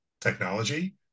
technology